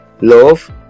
Love